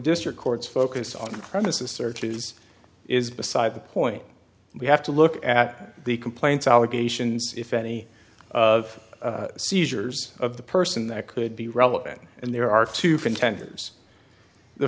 district courts focus on premises searches is beside the point we have to look at the complaints allegations if any of seizures of the person that could be relevant and there are two contenders the